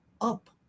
up